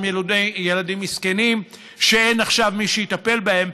ילדים מסכנים שאין עכשיו מי שיטפל בהם,